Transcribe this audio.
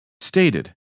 stated